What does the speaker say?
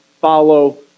follow